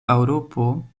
eŭropo